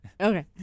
Okay